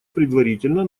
предварительно